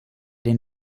den